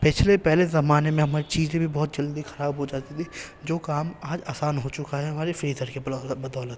پچھلے پہلے زمانے میں ہماری چیزیں بھی بہت جلدی خراب ہو جاتی تھی جو کام آج آسان ہو چکا ہے ہماری فیجر کے بدولت